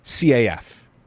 CAF